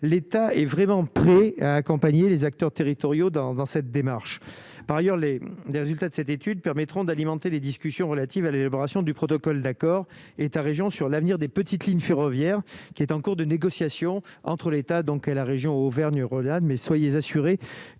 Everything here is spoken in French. l'État est vraiment prêt à accompagner les acteurs territoriaux dans dans cette démarche par ailleurs les résultats de cette étude permettront d'alimenter les discussions relatives à l'élaboration du protocole d'accord État-Région sur l'avenir des petites lignes ferroviaires qui est en cours de négociation entre l'État, donc à la région Auvergne-Rhône-Alpes mais soyez assuré